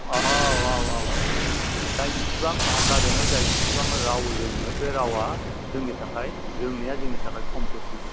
औ औ औ औ जाय जिसिबां भाषा रोङो जाय जिसिबां राव रोङो बे रावा जोंनि थाखाय रोंनाया जोंनि थाखाय सम्पति ब्रा